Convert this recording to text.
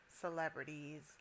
celebrities